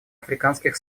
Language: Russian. африканских